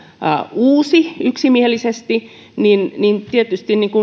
uusi yksimielisesti tietysti